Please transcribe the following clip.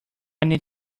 need